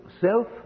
self